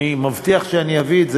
אני מבטיח שאני אביא את זה,